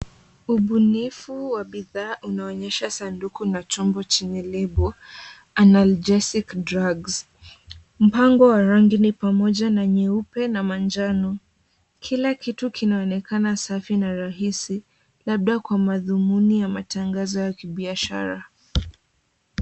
Ubunifu wa bidhaa unaonyesha sanduku na chombo chenye lebo ANALGESIC DRUGS . Mpango wa rangi ni pamoja na nyeupe na manjano. Kila kitu kinaonekana safi na rahisi, labda kwa mathumuni ya matangazo ya kibiashara.